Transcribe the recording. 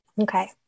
Okay